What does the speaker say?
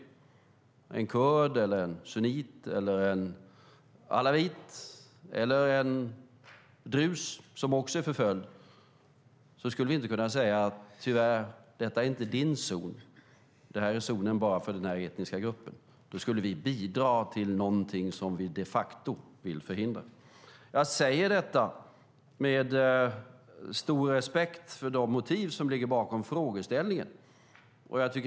Det kan vara en kurd, en sunnit, en alavit eller en drus som också är förföljd. Vi skulle inte kunna säga: Tyvärr, detta är inte din zon. Det är zonen bara för denna etniska grupp. Då skulle vi bidra till något som vi de facto vill förhindra. Jag säger detta med stor respekt för de motiv som ligger bakom frågeställningen.